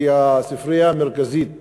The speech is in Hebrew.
כי הספרייה המרכזית